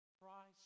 Christ